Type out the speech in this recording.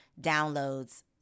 downloads